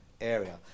area